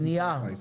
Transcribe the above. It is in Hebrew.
המניעה.